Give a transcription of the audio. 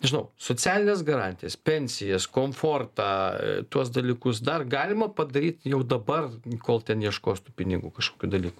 nežinau socialines garantijas pensijas komfortą tuos dalykus dar galima padaryt jau dabar kol ten ieškos tų pinigų kažkokių dalykų